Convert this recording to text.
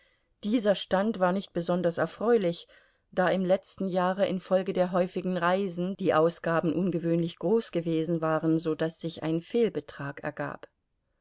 dieser stand war nicht besonders erfreulich da im letzten jahre infolge der häufigen reisen die ausgaben ungewöhnlich groß gewesen waren so daß sich ein fehlbetrag ergab